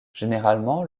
généralement